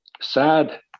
sad